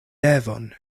devon